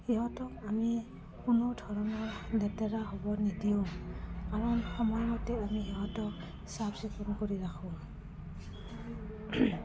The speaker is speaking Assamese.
সিহঁতক আমি কোনো ধৰণৰ লেতেৰা হ'ব নিদিওঁ কাৰণ সময়মতে আমি সিহঁতক চাফ চিকুণ কৰি ৰাখোঁ